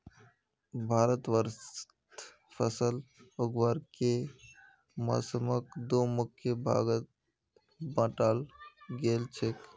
भारतवर्षत फसल उगावार के मौसमक दो मुख्य भागत बांटाल गेल छेक